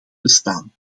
bestaan